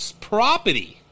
property